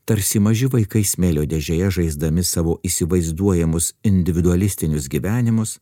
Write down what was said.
tarsi maži vaikai smėlio dėžėje žaisdami savo įsivaizduojamus individualistinius gyvenimus